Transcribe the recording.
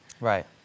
Right